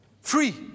free